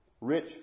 Rich